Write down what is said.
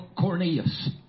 Cornelius